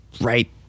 right